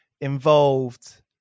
involved